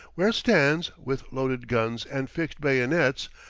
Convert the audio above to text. where stands, with loaded guns and fixed bayonets,